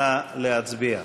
נא להצביע.